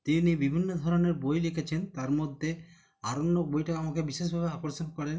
তিনি বিভিন্ন ধরনের বই লিখেছেন তার মধ্যে আরণ্যক বইটা আমাকে বিশেষভাবে আকর্ষণ করে